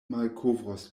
malkovros